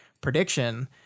prediction